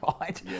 right